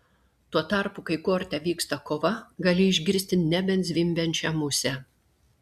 tuo tarpu kai korte vyksta kova gali išgirsti nebent zvimbiančią musę